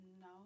No